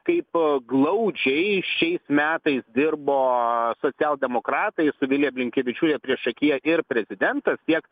kaip glaudžiai šiais metais dirbo socialdemokratai su vilija blinkevičiūte priešakyje ir prezidento tiek